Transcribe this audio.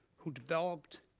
who developed.